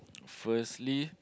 firstly